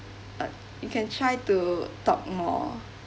uh you can try to talk more